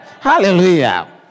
Hallelujah